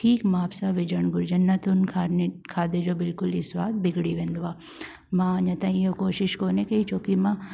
ठीकु माप सां विझणु घुरजनि न त उन खाने खाधे जो बिल्कुलु ई सवादु बिगड़ी वेंदो आहे मां अञा ताईं उहा कोशिशि कोनि कई छोकी मां